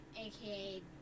aka